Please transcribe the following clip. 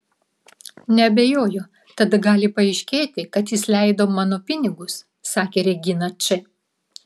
neabejoju tada gali paaiškėti kad jis leido mano pinigus sakė regina č